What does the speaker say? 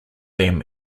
them